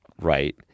right